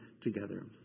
together